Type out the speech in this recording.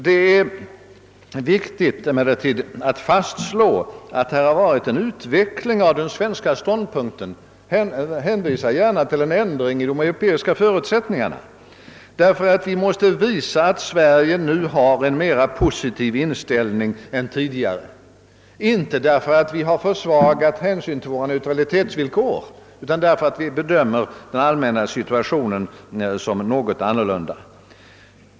Det är emellertid viktigt att fastslå att det har försiggått en utveckling av den svenska ståndpunkten — hänvisa gärna till en ändring av de europeiska förutsättningarna — i det att vi måste visa att Sverige nu har en mera positiv inställning än tidigare, inte därför att vi har försvagat hänsynen till våra neutralitetsvillkor utan därför att vi bedömer den allmänna situationen som något annorlunda beskaffad.